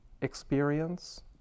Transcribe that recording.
experience